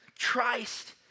Christ